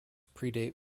predate